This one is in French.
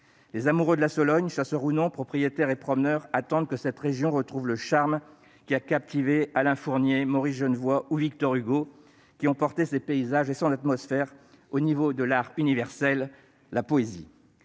Les amoureux de la Sologne, chasseurs ou non, propriétaires et promeneurs, attendent que cette région retrouve le charme qui a captivé Alain-Fournier, Maurice Genevoix ou Victor Hugo, qui ont porté ses paysages et son atmosphère au niveau de l'art universel. La poésie